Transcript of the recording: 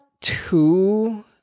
two